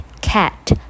Cat